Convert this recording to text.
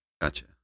gotcha